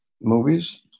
movies